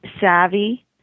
savvy